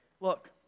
look